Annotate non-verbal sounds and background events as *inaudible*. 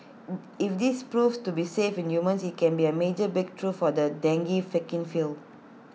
*hesitation* if this proves to be safe in humans IT can be A major breakthrough for the dengue vaccine field